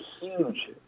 huge